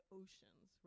oceans